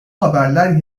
haberler